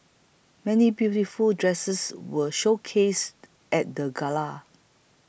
many beautiful dresses were showcased at the gala